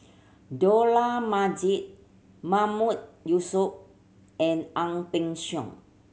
Dollah Majid Mahmood Yusof and Ang Peng Siong